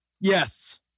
yes